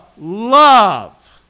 love